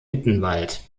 mittenwald